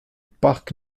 parc